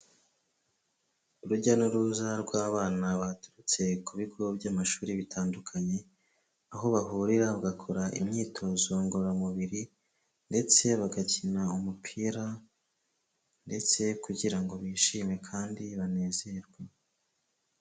Urujya n'uruza rw'abana baturutse ku bigo by'amashuri bitandukanye, aho bahurira bagakora imyitozo ngororamubiri ndetse bagakina umupira ndetse kugira ngo bishime kandi banezerwe.